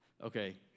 Okay